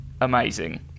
amazing